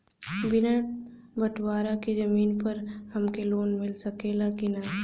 बिना बटवारा के जमीन पर हमके लोन मिल सकेला की ना?